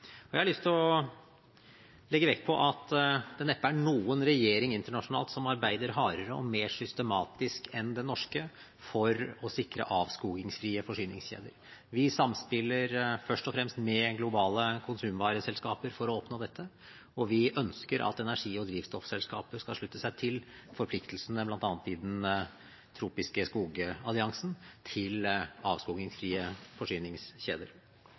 Jeg har lyst til å legge vekt på at det neppe er noen regjering internasjonalt som arbeider hardere og mer systematisk enn den norske for å sikre avskogingsfrie forsyningskjeder. Vi samspiller først og fremst med globale konsumvareselskaper for å oppnå dette, og vi ønsker at energi- og drivstoffselskaper skal slutte seg til forpliktelsene bl.a. i den tropiske skogalliansen til avskogingsfrie forsyningskjeder.